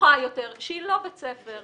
פתוחה יותר שהיא לא בית ספר,